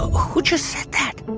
who just said that?